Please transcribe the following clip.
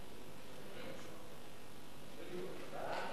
ההצעה להעביר את הצעת חוק